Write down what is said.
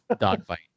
dogfight